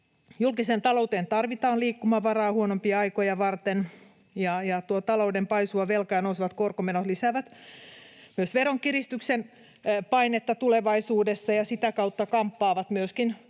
Julkiseen talouteen tarvitaan liikkumavaraa huonompia aikoja varten, ja tuo talouden paisuva velka ja nousevat korkomenot lisäävät myös veronkiristyksen painetta tulevaisuudessa ja sitä kautta ne kamppaavat myöskin